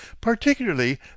Particularly